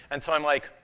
and so i'm like,